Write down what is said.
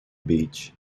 beach